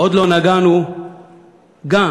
עוד לא נגענו גם,